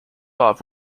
off